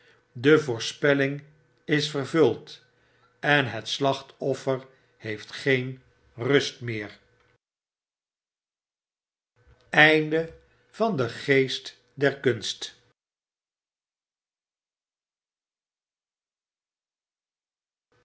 de voorspelling is vervuld en hetslachtoffer heeft geen rust meer uit